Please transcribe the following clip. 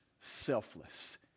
selfless